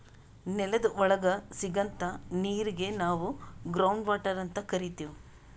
ನೆಲದ್ ಒಳಗ್ ಸಿಗಂಥಾ ನೀರಿಗ್ ನಾವ್ ಗ್ರೌಂಡ್ ವಾಟರ್ ಅಂತ್ ಕರಿತೀವ್